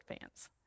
fans